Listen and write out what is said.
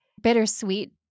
bittersweet